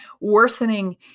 worsening